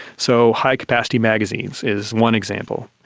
so, high-capacity magazines is one example.